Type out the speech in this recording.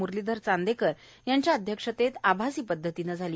मुरलीधर चांदेकर यांचे अध्यक्षतेखाली आभासी पध्दतीनं झाली